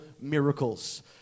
miracles